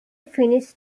finished